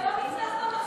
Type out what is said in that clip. זה לא נקלט במחשב,